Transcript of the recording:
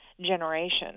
generation